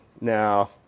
Now